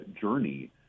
journey